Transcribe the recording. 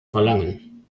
verlangen